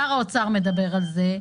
שר האוצר מדבר על זה,